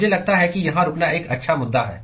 मुझे लगता है कि यहां रुकना एक अच्छा मुद्दा है